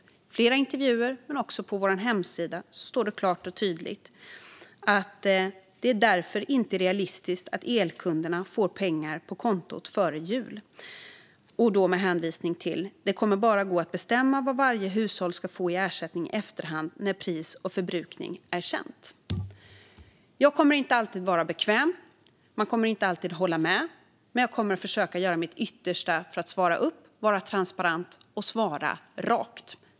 I flera intervjuer, och också på vår hemsida, står det klart och tydligt att det inte är realistiskt att elkunderna får pengar på kontot före jul med hänvisning till att det bara går att bestämma vad varje hushåll ska få i ersättning i efterhand, när pris och förbrukning är kända. Jag kommer inte alltid att vara bekväm, och man kommer inte alltid att hålla med mig - men jag kommer att försöka göra mitt yttersta för att svara upp, vara transparent och rak.